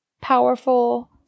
powerful